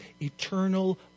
eternal